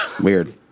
Weird